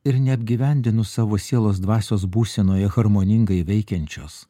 ir neapgyvendinus savo sielos dvasios būsenoje harmoningai veikiančios